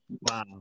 Wow